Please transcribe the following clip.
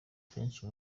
benshi